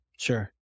Sure